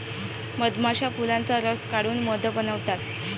मधमाश्या फुलांचा रस काढून मध बनवतात